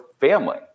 family